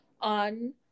on